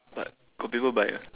but got people buy ah